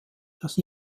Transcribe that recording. dass